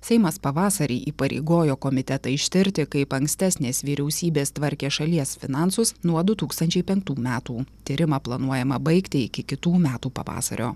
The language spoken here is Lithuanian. seimas pavasarį įpareigojo komitetą ištirti kaip ankstesnės vyriausybės tvarkė šalies finansus nuo du tūkstančiai penktų metų tyrimą planuojama baigti iki kitų metų pavasario